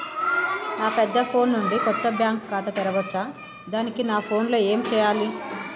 నా పెద్ద ఫోన్ నుండి కొత్త బ్యాంక్ ఖాతా తెరవచ్చా? దానికి నా ఫోన్ లో ఏం చేయాలి?